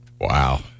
Wow